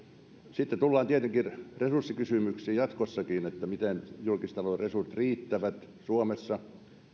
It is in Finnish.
sitten tullaan tietenkin resurssikysymyksiin jatkossakin siitä miten julkistalouden resurssit riittävät suomessa